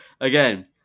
again